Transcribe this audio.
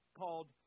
called